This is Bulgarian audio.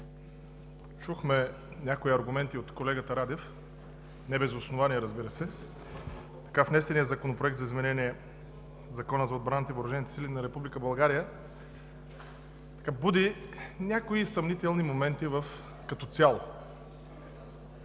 Чухме някои аргументи от колегата Радев – не без основание, разбира се. Внесеният Законопроект за изменение на Закона за отбраната и въоръжените сили на Република България буди някои съмнителни моменти като цяло.